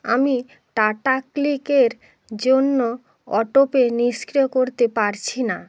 আমি টাটাক্লিকের জন্য অটোপে নিষ্ক্রিয় করতে পারছি না